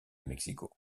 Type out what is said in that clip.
mexico